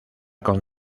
con